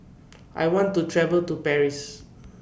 I want to travel to Paris